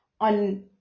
on